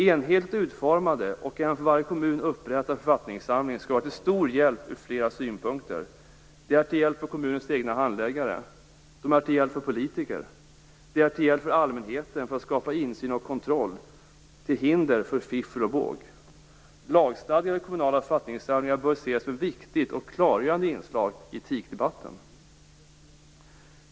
Enhetligt utformade och för varje kommun upprättade författningssamlingar skulle ur flera synpunkter vara till stor hjälp. De är till hjälp för kommunens egna handläggare, för politiker och för allmänheten för att skapa insyn och kontroll, till hinder för fiffel och båg. Lagstadgade kommunala författningssamlingar bör ses som ett viktigt och klargörande inslag i etikdebatten.